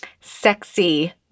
sexy